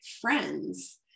friends